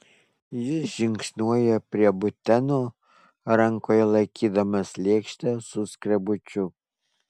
jis žingsniuoja prie buteno rankoje laikydamas lėkštę su skrebučiu